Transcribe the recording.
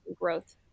growth